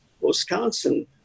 Wisconsin